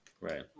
Right